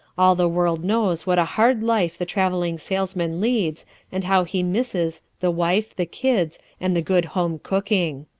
all the world knows what a hard life the traveling salesman leads and how he misses the wife, the kids and the good home cooking.